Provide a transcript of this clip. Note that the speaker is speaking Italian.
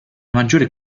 maggiore